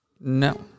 No